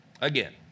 Again